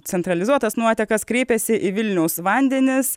centralizuotas nuotekas kreipiasi į vilniaus vandenis